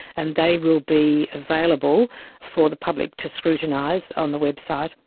and they will be available for the public to scrutinise on the website.